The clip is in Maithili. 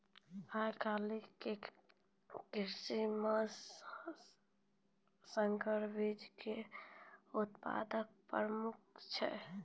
आइ काल्हि के कृषि मे संकर बीजो के उत्पादन प्रमुख छै